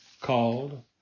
called